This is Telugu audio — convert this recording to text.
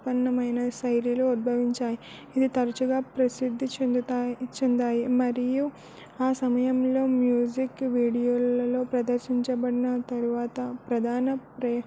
ఉత్పన్నమైన శైలిలో ఉద్భవించాయి ఇవి తరచుగా ప్రసిద్ధి చెందుతాయి చెందాయి మరియు ఆ సమయంలో మ్యూజిక్ వీడియోలలో ప్రదర్శించబడిన తరువాత ప్రధాన ప్రే